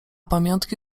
pamiątki